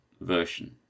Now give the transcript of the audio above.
version